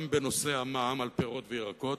גם בנושא המע"מ על פירות וירקות,